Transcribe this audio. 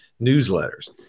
newsletters